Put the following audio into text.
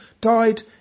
died